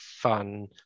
fun